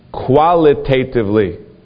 Qualitatively